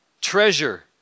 treasure